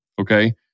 Okay